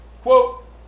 Quote